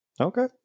Okay